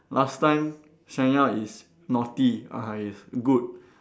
last time Seng Yang is naughty Ah Hai is good